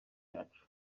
cyacu